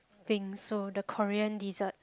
bingsu so the Korean dessert